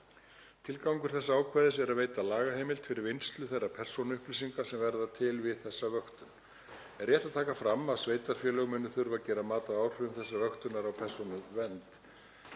Tilgangur þessa ákvæðis er að veita lagaheimild fyrir vinnslu persónuupplýsinga sem verða til við þessa vöktun. Er rétt að taka fram að sveitarfélög munu þurfa að gera mat á áhrifum þessarar vöktunar á persónuvernd.